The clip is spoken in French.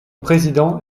président